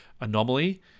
anomaly